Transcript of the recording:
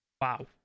wow